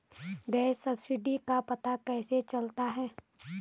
Gas subsidy का पता कैसे चलता है?